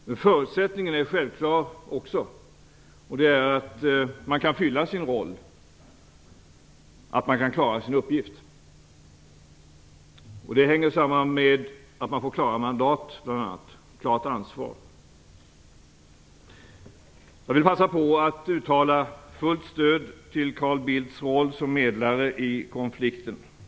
Men en förutsättning är självklart att man kan fylla sin roll och klara sin uppgift. Detta hänger bl.a. samman med att man får klara mandat och ett klart ansvar. Jag vill passa på att uttala fullt stöd för Carl Bildts roll som medlare i konflikten.